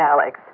Alex